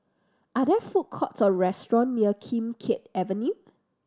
are there food courts or restaurant near Kim Keat Avenue